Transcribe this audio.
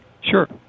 Sure